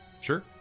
sure